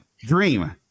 Dream